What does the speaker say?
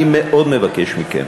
אני מאוד מבקש מכם,